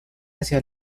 hacia